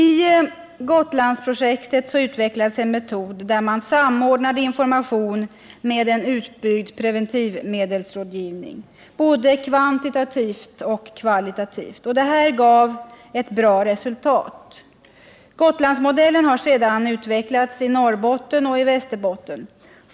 I Gotlandsprojektet utvecklades en metod där man samordnade information med en utbyggd preventivmedelsrådgivning både kvantitativt och kvalitativt. Detta gav ett bra resultat. Gotlandsmodellen har sedan utvecklats i Norrbotten och i Västerbotten.